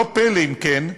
לא פלא, אם כן,